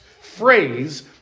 phrase